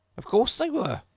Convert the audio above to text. of course they were,